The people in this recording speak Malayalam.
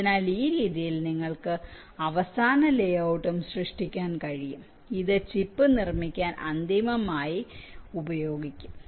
അതിനാൽ ഈ രീതിയിൽ നിങ്ങൾക്ക് അവസാന ലേഔട്ടും സൃഷ്ടിക്കാൻ കഴിയും ഇത് ചിപ്പ് നിർമ്മിക്കാൻ അന്തിമമായി ഉപയോഗിക്കും